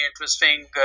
interesting